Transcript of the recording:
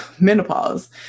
menopause